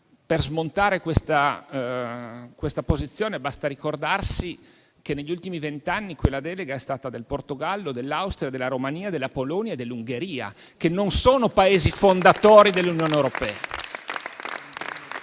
per smontare questa posizione, basta ricordare che negli ultimi vent'anni quella delega è stata del Portogallo, dell'Austria e della Romania, della Polonia e dell'Ungheria, che non sono Paesi fondatori dell'Unione europea.